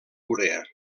urea